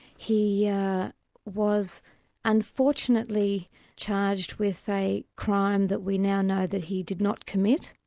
he yeah was unfortunately charged with a crime that we now know that he did not commit.